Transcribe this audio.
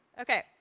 Okay